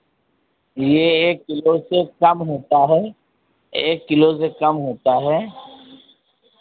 ये एक किलो से कम होता है एक किलो से कम होता है